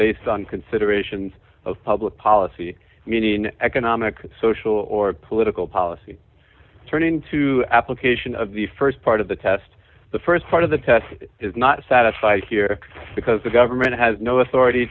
based on considerations of public policy meaning economic social or political policy turn into application of the st part of the test the st part of the test is not satisfied here because the government has no authority